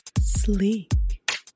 Sleek